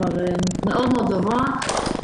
כבר מאוד מאוד גבוה.